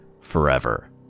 forever